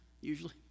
usually